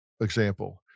example